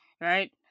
Right